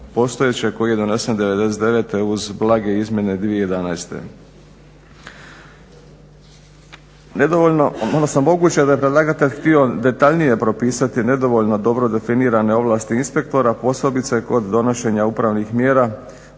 postojećeg koji je donesen '99.-te uz blage izmjene 2011.